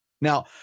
Now